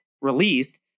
released